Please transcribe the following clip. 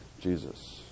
Jesus